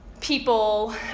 people